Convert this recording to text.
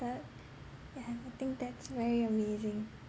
talented yeah I think that's very amazing